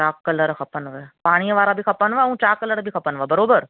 chalk colour खपनिव पाणीअ वारा बि खपनिव ऐं चॉक कलर बि खपनिव बराबरि